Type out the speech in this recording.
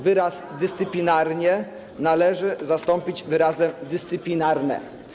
Wyraz „dyscyplinarnie” należy zastąpić wyrazem „dyscyplinarne”